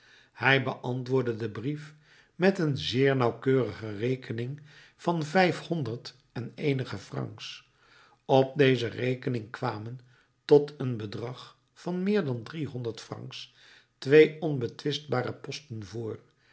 hij beantwoordde den brief met een zeer nauwkeurige rekening van vijfhonderd en eenige francs op deze rekening kwamen tot een bedrag van meer dan driehonderd francs twee onbetwistbare posten voor